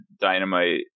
dynamite